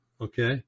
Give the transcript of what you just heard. Okay